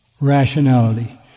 rationality